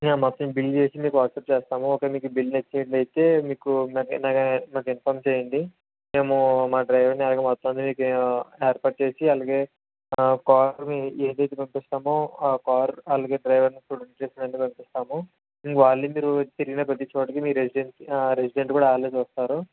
మొత్తం బిల్ చేసి మీకు వాట్సాప్ చేస్తాము ఒకవేళ మీకు బిల్లు నచ్చినట్లు అయితే మీకు నాకు ఇన్ఫార్మ్ చేయండి నేను మా డ్రైవర్ని మొత్తం అంత ఏర్పాటు చేసి అలాగే కారు ఏ డేట్ పంపిస్తాము ఆ కార్ అలాగే డ్రైవర్ని ఇంకా అసిస్టెంట్ని పంపిస్తాము ఇంకా వాళ్ళిద్దరూ వచ్చి మీరు వెళ్ళిన ప్రతీ చోటకి రెసిడెన్సి రెసిడెంట్ కూడా వాళ్ళే చూస్తారు